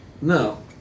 no